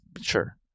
sure